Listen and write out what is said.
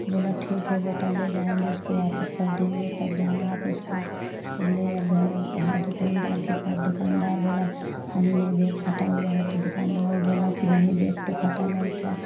तो बोला ठीक है बेटा ले जाएँगे उसको वापस कर देंगे तब जाना आप स्कूल तो ले आ गए वहाँ दुकानदार के पास दुकानदार बोला हमने बैग फटा हुआ है तो दुकानदार बोला कि नहीं बैग तो फटा नहीं था